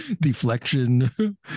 Deflection